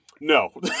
No